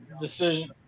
decision